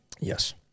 Yes